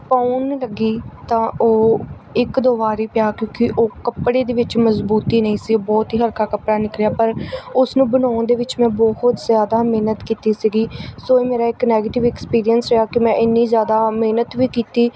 ਪਾਉਣ ਲੱਗੀ ਤਾਂ ਉਹ ਇੱਕ ਦੋ ਵਾਰ ਹੀ ਪਿਆ ਕਿਉਂਕਿ ਉਹ ਕੱਪੜੇ ਦੇ ਵਿੱਚ ਮਜ਼ਬੂਤੀ ਨਹੀਂ ਸੀ ਉਹ ਬਹੁਤ ਹੀ ਹਲਕਾ ਕੱਪੜਾ ਨਿਕਲਿਆ ਪਰ ਉਸ ਨੂੰ ਬਣਾਉਣ ਦੇ ਵਿੱਚ ਮੈਂ ਬਹੁਤ ਜ਼ਿਆਦਾ ਮਿਹਨਤ ਕੀਤੀ ਸੀਗੀ ਸੋ ਇਹ ਮੇਰਾ ਇੱਕ ਨੈਗੇਟਿਵ ਐਕਸਪੀਰੀਅਸ ਰਿਹਾ ਕਿ ਮੈਂ ਇੰਨੀ ਜ਼ਿਆਦਾ ਮਿਹਨਤ ਵੀ ਕੀਤੀ